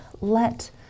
let